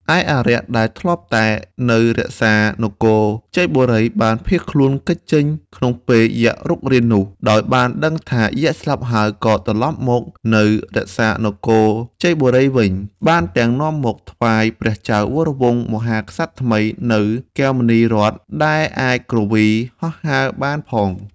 ឯអារក្ស ដែលធ្លាប់តែនៅរក្សានគរជ័យបូរី បានភៀសខ្លួនគេចចេញក្នុងពេលយក្សរុករាននោះ ដោយបានដឹងថាយក្សស្លាប់ហើយក៏ត្រឡប់មកនៅរក្សានគរជ័យបូរីវិញ បានទាំងនាំមកថ្វាយព្រះចៅវរវង្សមហាក្សត្រថ្មី នូវកែវមណីរត្ន ដែលអាចគ្រវី ហោះហើរបានផង។